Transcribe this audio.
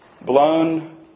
blown